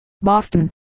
Boston